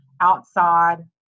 outside